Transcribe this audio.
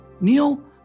Neil